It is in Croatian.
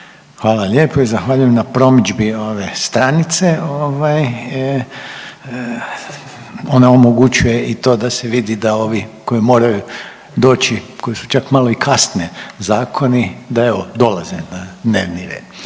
Hvala lijepa i zahvaljujem na promidžbi ove stranice ovaj ona omogućuje i to da se vidi da ovi koji moraju doći koji su čak i malo kasnili zakoni da evo dolaze na dnevni red.